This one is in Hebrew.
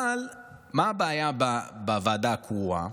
אבל מה הבעיה בוועדה הקרואה?